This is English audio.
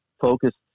focused